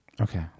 Okay